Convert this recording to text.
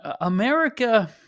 America